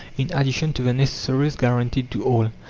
in addition to the necessaries guaranteed to all.